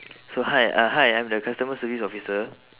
so hi uh hi I'm the customer service officer